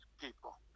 people